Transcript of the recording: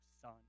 son